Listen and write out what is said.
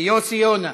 יוסי יונה,